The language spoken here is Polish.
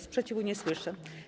Sprzeciwu nie słyszę.